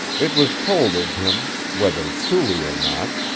it was told of him, whether truly or not,